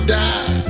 die